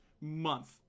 month